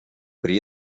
при